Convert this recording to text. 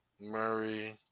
Murray